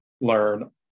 learn